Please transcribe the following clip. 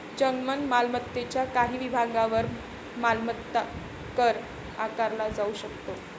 जंगम मालमत्तेच्या काही विभागांवर मालमत्ता कर आकारला जाऊ शकतो